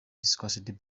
discussed